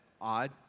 odd